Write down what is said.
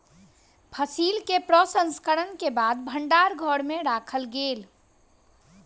फसिल के प्रसंस्करण के बाद भण्डार घर में राखल गेल